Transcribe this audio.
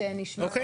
שוב,